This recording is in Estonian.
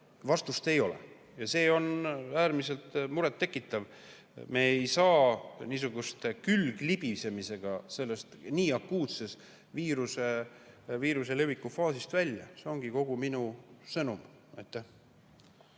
Vastust ei ole ja see on äärmiselt muret tekitav. Me ei saa niisuguse külglibisemisega sellest viiruse akuutse leviku faasist välja. See ongi kogu minu sõnum.